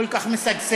כל כך משגשג.